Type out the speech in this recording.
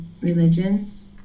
religions